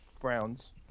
Browns